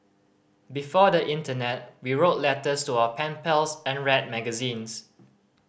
before the Internet we wrote letters to our pen pals and read magazines